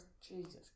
Jesus